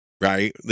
Right